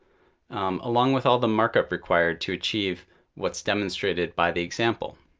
um along with all the markup required to achieve what's demonstrated by the example.